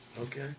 Okay